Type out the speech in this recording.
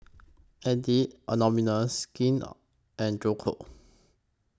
Addicts Anonymous Skin and Joe Co